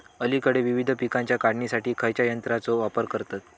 अलीकडे विविध पीकांच्या काढणीसाठी खयाच्या यंत्राचो वापर करतत?